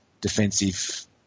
defensive